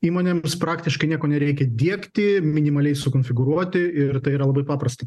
įmonėms praktiškai nieko nereikia diegti minimaliai sukonfigūruoti ir tai yra labai paprasta